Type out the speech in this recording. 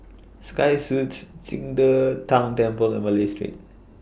Sky Suites Qing De Tang Temple and Malay Street